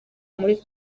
muri